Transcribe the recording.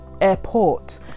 Airport